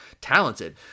talented